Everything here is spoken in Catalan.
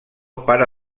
para